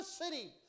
city